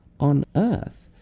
on earth,